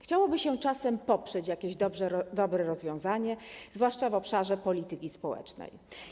Chciałoby się czasem poprzeć jakieś dobre rozwiązanie, zwłaszcza w obszarze polityki społecznej.